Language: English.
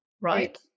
right